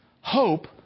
Hope